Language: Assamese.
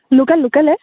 লোকেল লোকেলেই